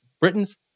Britain's